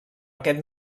aquest